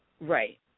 right